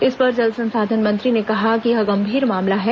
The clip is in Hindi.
इस पर जल संसाधन मंत्री ने कहा कि यह गंभीर मामला है